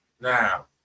now